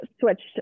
switched